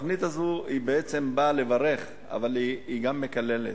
התוכנית הזאת באה לברך אבל היא גם מקללת,